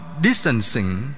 Distancing